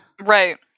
Right